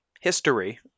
history